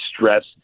stress